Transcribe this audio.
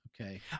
Okay